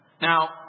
Now